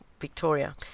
Victoria